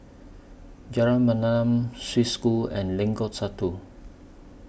Jalan Mayaanam Swiss School and Lengkong Satu